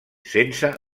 sense